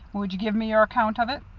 would you give me your account of it?